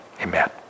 Amen